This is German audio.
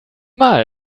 mal